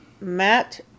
Matt